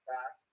Back